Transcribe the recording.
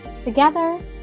Together